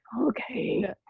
okay